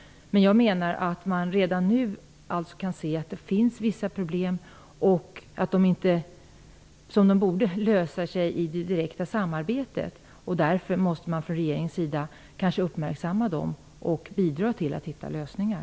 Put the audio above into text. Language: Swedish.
Men jag menar att vi redan nu kan se att det finns vissa problem som inte löser sig i det direkta samarbetet. Därför måste regeringen uppmärksamma dem och bidra till att hitta lösningar.